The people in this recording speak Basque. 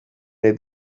nahi